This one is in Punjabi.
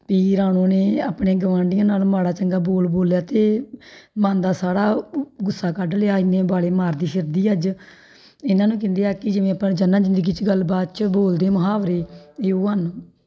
ਵੀ ਰਾਣੋ ਨੇ ਆਪਣੇ ਗਵਾਂਢੀਆਂ ਨਾਲ ਮਾੜਾ ਚੰਗਾ ਬੋਲ ਬੋਲਿਆ ਅਤੇ ਮਨ ਦਾ ਸਾੜਾ ਉ ਗੁੱਸਾ ਕੱਢ ਲਿਆ ਇੰਨੇ ਉਬਾਲੇ ਮਾਰਦੀ ਫਿਰਦੀ ਅੱਜ ਇਹਨਾਂ ਨੂੰ ਕਹਿੰਦੇ ਆ ਕਿ ਜਿਵੇਂ ਆਪਾਂ ਰੋਜ਼ਾਨਾ ਜ਼ਿੰਦਗੀ 'ਚ ਗੱਲਬਾਤ 'ਚ ਬੋਲਦੇ ਮੁਹਾਵਰੇ ਇਹ ਉਹ ਹਨ